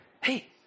hey